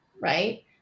right